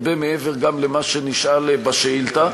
גם הרבה מעבר למה שנשאל בשאילתה,